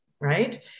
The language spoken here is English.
right